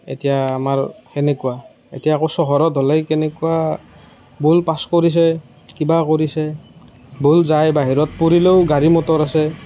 এতিয়া আমৰ সেনেকুৱা এতিয়া আকৌ চহৰত হ'লে কেনেকুৱা বল পাছ কৰিছে কিবা কৰিছে বল যাই বাহিৰত পৰিলেও গাড়ী মটৰ আছে